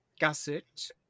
gusset